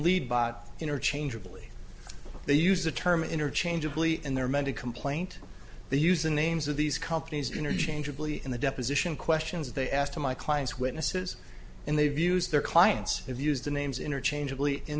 lead by interchangeably they use the term interchangeably in their mental complaint they use the names of these companies interchangeably in the deposition questions they asked to my clients witnesses and they've used their clients have used the names interchangeably in